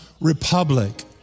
republic